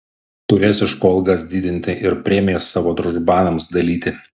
turės iš ko algas didinti ir premijas savo družbanams dalyti